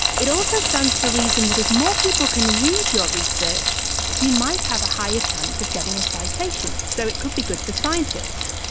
it also stands to reason that if more people can read your research you might have a higher chance of getting a citation, so it could be good for scientists.